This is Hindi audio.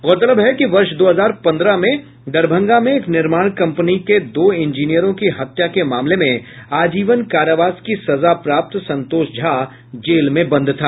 गौरतलब है कि वर्ष दो हजार पन्द्रह में दरभंगा में एक निर्माण कंपनी के दो ईंजीनियरों की हत्या के मामले में आजीवन कारावास की सजा प्राप्त संतोष झा जेल में बंद था